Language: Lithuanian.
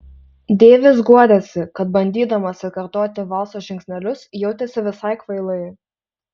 deivis guodėsi kad bandydamas atkartoti valso žingsnelius jautėsi visai kvailai